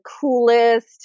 coolest